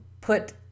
put